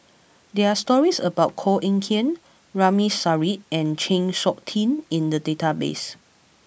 there are stories about Koh Eng Kian Ramli Sarip and Chng Seok Tin in the database